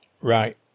right